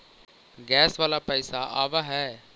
Gas वाला पैसा आव है?